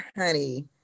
honey